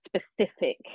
specific